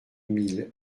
mille